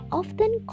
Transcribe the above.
often